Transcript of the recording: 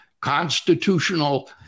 constitutional